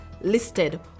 listed